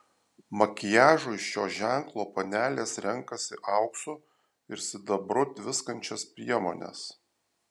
makiažui šio ženklo panelės renkasi auksu ir sidabru tviskančias priemones